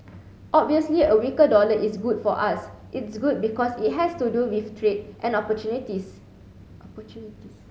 obviously a weaker dollar is good for us it's good because it has to do with trade and opportunities